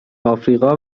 آفریقا